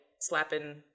slapping